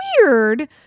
weird